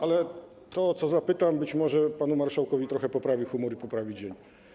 Ale to, o co zapytam, być może panu marszałkowi trochę poprawi humor i poprawi dzień.